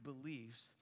beliefs